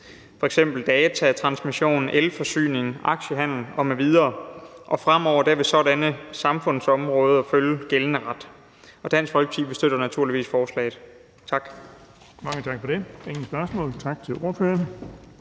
f.eks. datatransmission, elforsyning, aktiehandel m.v. Fremover vil sådanne samfundsområder følge gældende ret. Dansk Folkeparti støtter naturligvis forslaget. Tak.